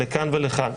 לכאן ולכאן.